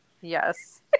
Yes